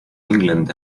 england